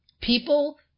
People